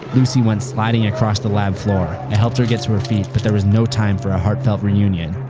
lucy went sliding across the lab floor. i helped her get to her feet, but there was no time for a heartfelt reunion.